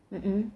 mm